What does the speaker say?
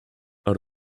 out